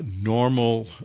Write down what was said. normal